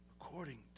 according